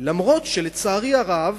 אף-על-פי שלצערי הרב